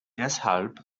deshalb